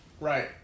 Right